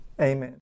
Amen